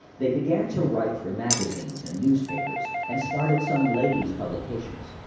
they began to write for magazines and newspapers, and started some ladies' publications.